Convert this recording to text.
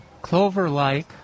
clover-like